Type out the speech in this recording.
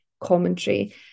commentary